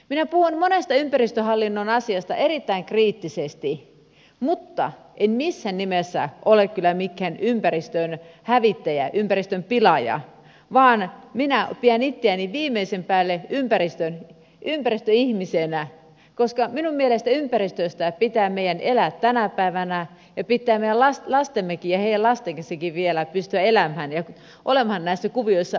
minä puhun monesta ympäristöhallinnon asiasta erittäin kriittisesti mutta en missään nimessä ole kyllä mikään ympäristön hävittäjä ympäristön pilaaja vaan minä pidän itseäni viimeisen päälle ympäristöihmisenä koska minun mielestäni ympäristöstä pitää meidän elää tänä päivänä ja pitää meidän lastemmekin ja heidänkin lastensa vielä pystyä elämään ja olemaan näissä kuvioissa matkassa